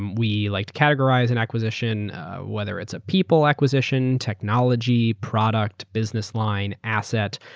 and we like to categorize an acquisition whether it's a people acquisition, technology, product, business line, asset,